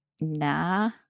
nah